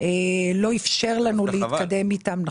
לא איפשר לנו להתקדם איתם --- דווקא חבל.